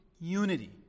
unity